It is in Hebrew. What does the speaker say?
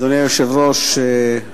אדוני היושב-ראש,